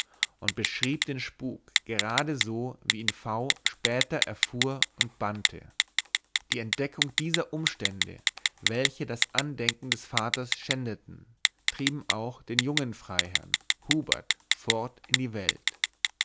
und beschrieb den spuk gerade so wie ihn v später erfuhr und bannte die entdeckung dieser umstände welche das andenken des vaters schändeten trieben auch den jungen freiherrn hubert fort in die welt